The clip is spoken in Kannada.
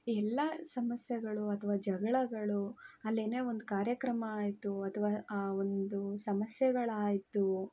ಈ ಎಲ್ಲ ಸಮಸ್ಯೆಗಳು ಅಥವಾ ಜಗಳಗಳು ಅಲ್ಲಿ ಏನೇ ಒಂದು ಕಾರ್ಯಕ್ರಮ ಆಯಿತು ಅಥವಾ ಆ ಒಂದು ಸಮಸ್ಯೆಗಳಾಯಿತು